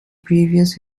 previous